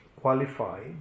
qualified